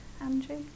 Andrew